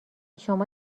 شما